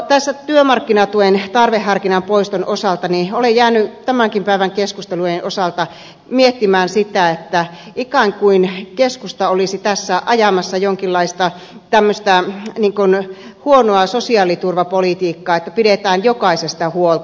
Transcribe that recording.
tässä työmarkkinatuen tarveharkinnan poiston osalta olen jäänyt tämänkin päivän keskustelujen osalta miettimään sitä että ikään kuin keskusta olisi tässä ajamassa jonkinlaista huonoa sosiaaliturvapolitiikkaa että pidetään jokaisesta huolta